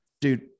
dude